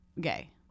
gay